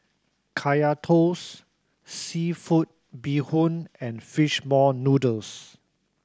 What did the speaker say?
Kaya Toast seafood bee hoon and fish ball noodles